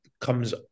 comes